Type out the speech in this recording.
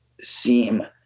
seem